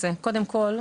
קודם כל,